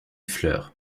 fleur